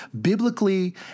biblically